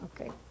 Okay